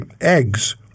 eggs